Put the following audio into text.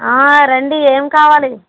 ఆ రండి ఏం కావాలి